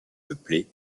peuplées